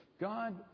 God